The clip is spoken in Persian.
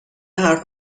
حرف